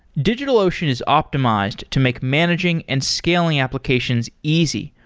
digitalocean is optimized to make managing and scaling applications easy,